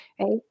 right